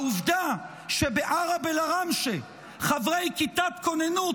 העובדה שבערב אל-עראמשה חברי כיתת כוננות